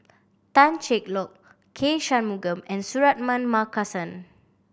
Tan Cheng Lock K Shanmugam and Suratman Markasan